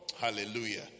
Hallelujah